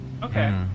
Okay